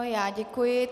Já děkuji.